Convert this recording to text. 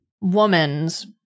woman's